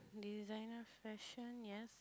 designer fashion yes